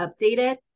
updated